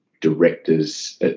directors